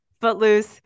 Footloose